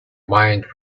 mind